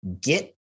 get